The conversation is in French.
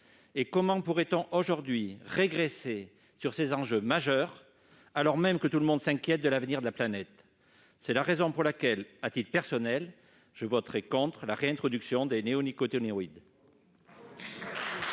Comment pourrait-on aujourd'hui régresser sur ces enjeux majeurs, alors même que tout le monde s'inquiète de l'avenir de la planète ? C'est la raison pour laquelle, à titre personnel, je voterai contre la réintroduction des néonicotinoïdes.